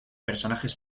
personajes